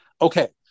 Okay